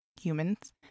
humans